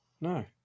No